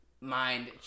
mind